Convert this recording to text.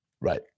right